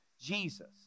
Jesus